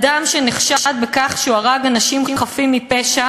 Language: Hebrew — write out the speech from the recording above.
אדוני היושב-ראש, מכובדי השר, חברי חברי הכנסת,